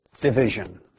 division